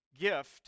gift